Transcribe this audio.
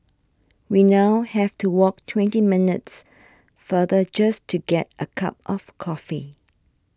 we now have to walk twenty minutes farther just to get a cup of coffee